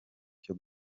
cyo